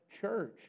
church